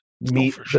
meet